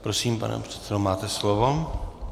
Prosím, pane předsedo, máte slovo.